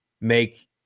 make